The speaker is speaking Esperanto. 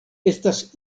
estas